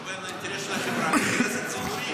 יש פה התנגשות בין האינטרס של החברה לאינטרס הציבורי,